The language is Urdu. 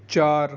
چار